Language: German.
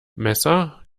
messer